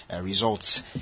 results